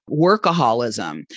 workaholism